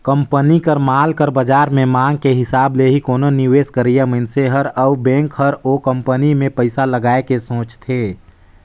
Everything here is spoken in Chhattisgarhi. कंपनी कर माल कर बाजार में मांग के हिसाब ले ही कोनो निवेस करइया मनइसे हर अउ बेंक हर ओ कंपनी में पइसा लगाए के सोंचथे